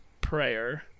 prayer